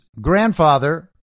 grandfather